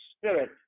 Spirit